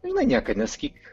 žinai niekad nesakyk